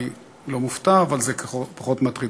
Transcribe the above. אני לא מופתע, אבל זה פחות מטריד.